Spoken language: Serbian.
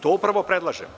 To upravo predlažem.